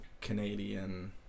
Canadian